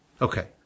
Okay